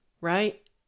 Right